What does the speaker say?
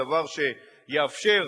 דבר שיאפשר לנשים,